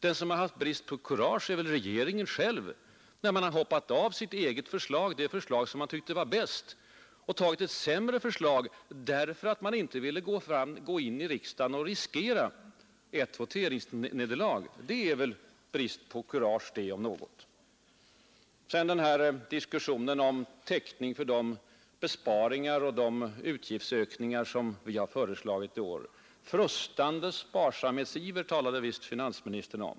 Den som visat brist på kurage är regeringen själv, som har hoppat av sitt eget förslag, det förslag som den tyckte var bäst, och tagit ett sämre förslag därför att den inte ville gå in i riksdagen och riskera ett voteringsnederlag. Det är väl brist på kurage om något. Diskussionen om besparingar och täckning för de utgiftsökningar som vi har föreslagit beskrev finansministern som ”frustande sparsamhetsiver”.